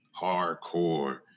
hardcore